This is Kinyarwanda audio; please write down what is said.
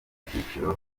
byiciro